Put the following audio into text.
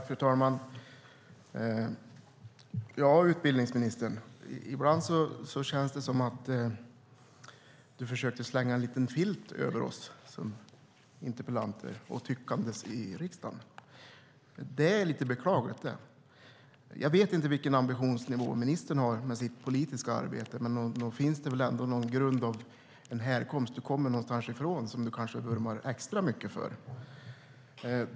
Fru talman! Ja, utbildningsministern, ibland känns det som att du försöker slänga en liten filt över oss interpellanter och tyckande i riksdagen. Det är lite beklagligt. Jag vet inte vilken ambitionsnivå ministern har med sitt politiska arbete. Men det finns väl ändå någon grund och en härkomst? Du kommer någonstans ifrån, och det kanske du vurmar extra mycket för.